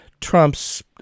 Trump's